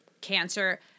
cancer